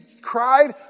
cried